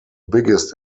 biggest